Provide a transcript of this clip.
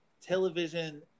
television